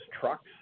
trucks